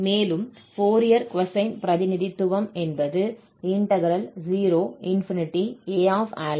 மேலும் Fourier cosine பிரதிநிதித்துவம் என்பது 0Acos αx d∝